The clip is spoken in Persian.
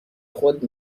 خود